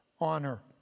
honor